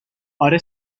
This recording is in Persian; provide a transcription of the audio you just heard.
آره